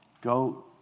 Go